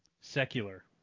Secular